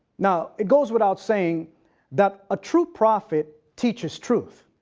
now, it goes without saying that a true prophet teaches truth.